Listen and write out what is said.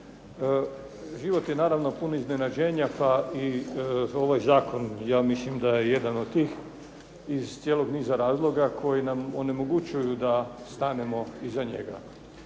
život je naravno pun iznenađenja, pa i ovaj zakon ja mislim da je jedan od tih iz cijelog niza razloga koji nam onemogućuju da stanemo iza njega.